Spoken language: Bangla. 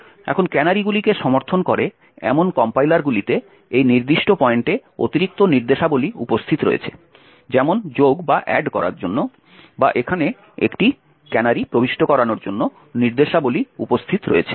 এখন ক্যানারিগুলিকে সমর্থন করে এমন কমপাইলারগুলিতে এই নির্দিষ্ট পয়েন্টে অতিরিক্ত নির্দেশাবলী উপস্থিত রয়েছে যেমন যোগ করার জন্য বা এখানে একটি ক্যানারি প্রবিষ্ট করানোর জন্য নির্দেশাবলী উপস্থিত রয়েছে